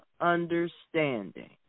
understanding